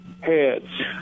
heads